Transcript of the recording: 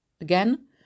again